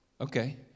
okay